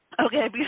Okay